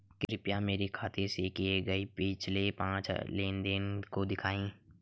कृपया मेरे खाते से किए गये पिछले पांच लेन देन को दिखाएं